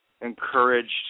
encouraged